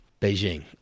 Beijing